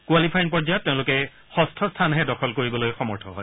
qualifying পৰ্যায়ত তেওঁলোকে ষষ্ঠ স্থানহে দখল কৰিবলৈ সক্ষম হয়